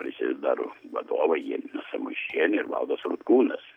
prisidedaru vadovai samušienė ir valdas rutkūnas